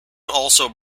also